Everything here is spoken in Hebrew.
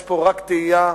יש פה רק טעייה.